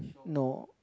no